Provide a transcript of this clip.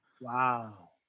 Wow